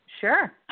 Sure